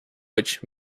which